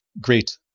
great